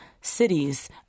cities